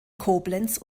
koblenz